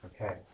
okay